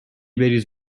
بریز